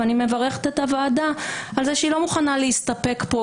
ואני מברכת את הוועדה על זה שהיא לא מוכנה להסתפק פה